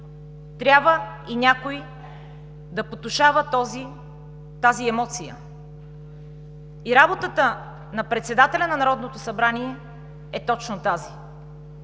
трябва и някой да потушава тази емоция. И работата на председателя на Народно събрание е точно тази.